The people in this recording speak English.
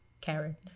Karen